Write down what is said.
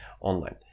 online